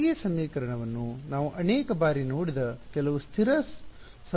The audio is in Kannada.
ಈ ಸಮೀಕರಣವನ್ನು ನಾವು ಅನೇಕ ಬಾರಿ ನೋಡಿದ ಕೆಲವು ಸ್ಥಿರ ಸಮಯಗಳು